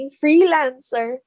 freelancer